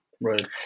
Right